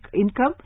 income